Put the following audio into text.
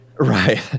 Right